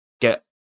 get